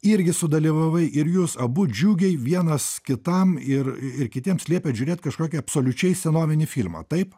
irgi sudalyvavai ir jūs abu džiugiai vienas kitam ir ir kitiems liepėt žiūrėti kažkokį absoliučiai senovinį filmą taip